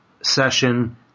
session